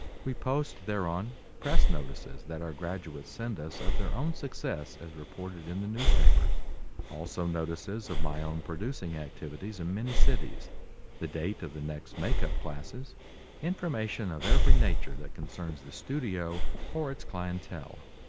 we post thereon press notices that our graduates send us of their own success as reported in the newspapers also notices of my own producing activities in many cities the date of the next makeup classes information of every nature that concerns the studio or its clientele.